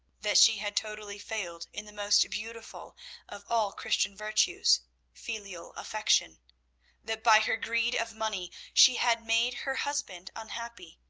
that she had totally failed in the most beautiful of all christian virtues filial affection that by her greed of money she had made her husband unhappy,